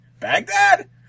Baghdad